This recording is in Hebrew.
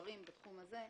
הזה,